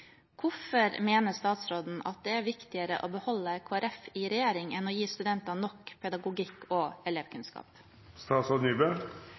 Hvorfor mener statsråden at det er viktigere å beholde Kristelig Folkeparti i regjering enn å gi studentene nok pedagogikk og